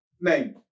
name